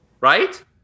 Right